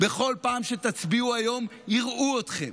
בכל פעם שתצביעו היום, יראו אתכם